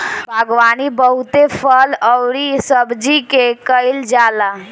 बागवानी बहुते फल अउरी सब्जी के कईल जाला